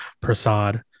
Prasad